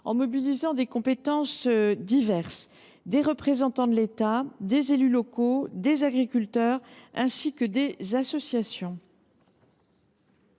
en mobilisant des compétences diverses, telles que celles des représentants de l’État, des élus locaux, des agriculteurs, ainsi que des associations.